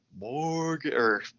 Morgan